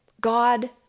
God